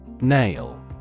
nail